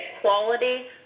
quality